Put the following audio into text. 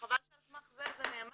חבל שעל סמך זה זה נאמר,